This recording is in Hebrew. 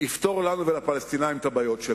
יפתור לנו ולפלסטינים את הבעיות,